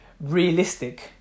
realistic